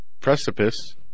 precipice